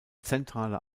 zentrale